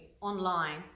online